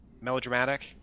melodramatic